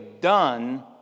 done